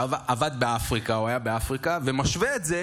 שעבד באפריקה ומשווה את זה